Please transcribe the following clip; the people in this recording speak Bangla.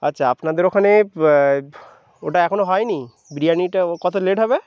আচ্ছা আপনাদের ওখানে ওটা এখনও হয় নি বিরিয়ানিটা কত লেট হবে